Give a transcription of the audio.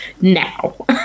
now